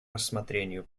рассмотрению